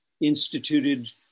instituted